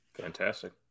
Fantastic